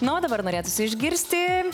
na o dabar norėtųsi išgirsti